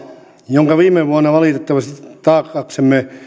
jonka viime vuonna valitettavasti taakaksemme